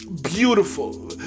Beautiful